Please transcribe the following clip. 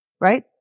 right